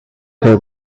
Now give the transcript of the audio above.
her